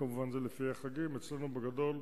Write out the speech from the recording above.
כמובן, זה לפי החגים, אצלנו, בגדול,